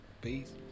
Peace